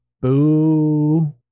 boo